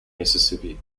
mississippi